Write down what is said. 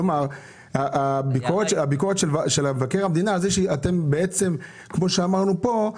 כלומר הביקורת של מבקר המדינה על זה שאתם בעצם כמו שאמרנו פה,